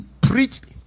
preached